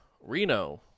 Reno